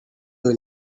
you